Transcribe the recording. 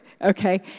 okay